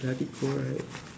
bloody cold right